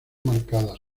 marcadas